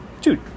Dude